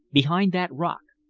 behind that rock.